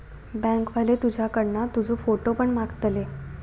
bank वाले तुझ्याकडना तुजो फोटो पण मागतले